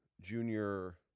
Junior